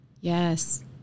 yes